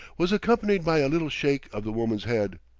was accompanied by a little shake of the woman's head,